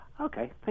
Okay